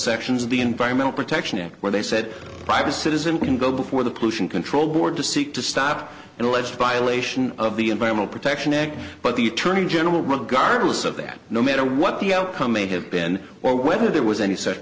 sections of the environmental protection act where they said private citizen can go before the pollution control board to seek to stop an alleged violation of the environmental protection act but the attorney general regardless of that no matter what the outcome may have been or whether there was any such